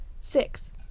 six